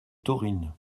taurine